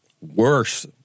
worse